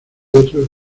otro